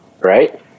right